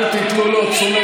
נא להוציא אותו.